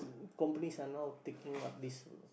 companies are now taking up this